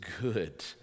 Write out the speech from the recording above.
good